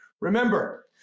Remember